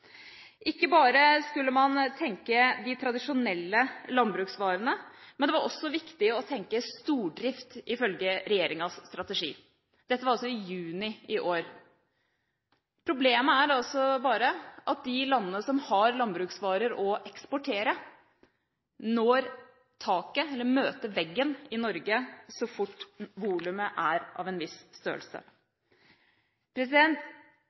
Ikke bare skulle man tenke på de tradisjonelle landbruksvarene, det var også viktig å tenke stordrift, ifølge regjeringas strategi. Dette var altså i juni i år. Problemet er bare at de landene som har landbruksvarer å eksportere, når taket – eller møter veggen – i Norge så fort volumet er av en viss